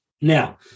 now